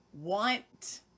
want